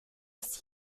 ist